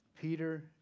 Peter